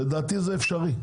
לדעתי זה אפשרי,